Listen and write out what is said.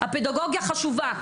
הפדגוגיה חשובה,